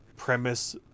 premise